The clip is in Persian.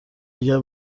اگر